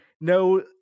no